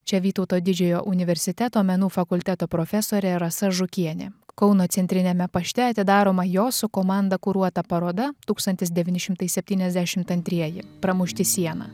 čia vytauto didžiojo universiteto menų fakulteto profesorė rasa žukienė kauno centriniame pašte atidaroma jos su komanda kuruota paroda tūkstantis devyni šimtai septyniasdešimt antrieji pramušti sieną